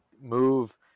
move